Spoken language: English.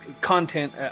content